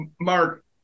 Mark